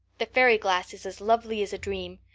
the fairy glass is as lovely as a dream.